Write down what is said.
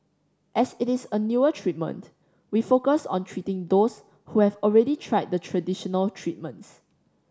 as it is a newer treatment we focus on treating those who have already tried the traditional treatments